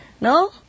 no